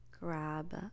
grab